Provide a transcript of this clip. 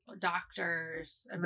doctors